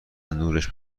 نورش